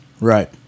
Right